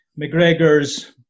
McGregor's